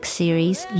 series